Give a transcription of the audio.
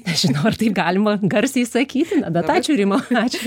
nežinau ar tai galima garsiai sakyti na bet ačiū rima ačiū